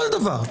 בכל דבר.